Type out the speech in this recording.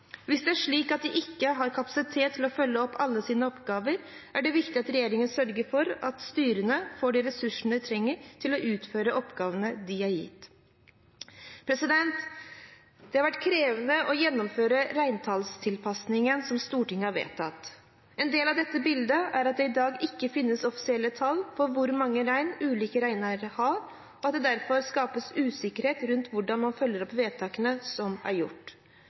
Hvis det er slik at de ikke har kapasitet til å følge opp alle sine oppgaver, er det viktig at regjeringen sørger for at styrene får de ressursene de trenger til å utføre oppgavene de er gitt. Det har vært krevende å gjennomføre reintallstilpasningen som Stortinget har vedtatt. En del av dette bildet er at det i dag ikke finnes offentlige tall på hvor mange rein ulike reineiere har, og at det derfor skapes usikkerhet rundt hvordan man følger opp vedtakene som er gjort.